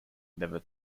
never